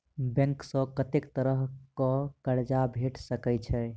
Bank सऽ कत्तेक तरह कऽ कर्जा भेट सकय छई?